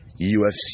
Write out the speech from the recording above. UFC